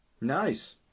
Nice